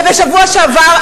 בשבוע שעבר,